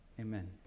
amen